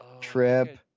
trip